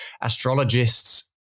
astrologists